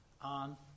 on